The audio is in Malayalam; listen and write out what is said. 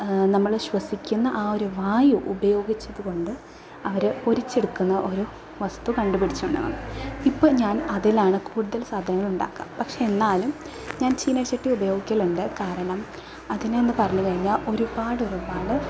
നമ്മൾ ശ്വസിക്കുന്ന ആ ഒരു വായു ഉപയോഗിച്ചതു കൊണ്ട് അവർ പൊരിച്ചെടുക്കുന്ന ഒരു വസ്തു കണ്ട് പിടിച്ചുവെന്നാണ് ഇപ്പം ഞാൻ അതിലാണ് കൂടുതൽ സാധനങ്ങൾ ഉണ്ടാക്കുക പക്ഷെ എന്നാലും ഞാൻ ചീനച്ചട്ടി ഉപയോഗിക്കലുണ്ട് കാരണം അതിനെയെന്ന് പറഞ്ഞു കഴിഞ്ഞാൽ ഒരുപാടൊരുപാട്